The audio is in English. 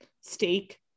steak